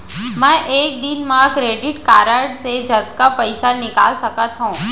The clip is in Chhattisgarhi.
मैं एक दिन म क्रेडिट कारड से कतना पइसा निकाल सकत हो?